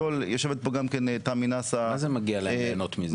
מה זה מגיע להם ליהנות מזה?